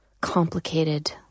complicated